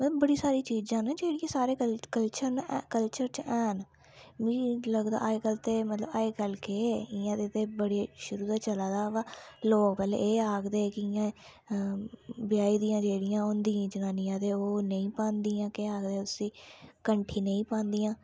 मतलब बड़ी सारी चीज़ां न जेह्ड़ियां सारे कल्चर न ऐ कल्चर च हैन मिगी लगदा अज्जकल ते मतलब अज्जकल के इयां ते बड़े शुरू दा चला दा अवा लोक पैह्ले एह् आखदे इयां ब्याही दियां जेह्ड़ियां होंदियां जनानियां ते ओह् नेईं पांदियां केह् आखदे उसी कंठी नेईं पांदियां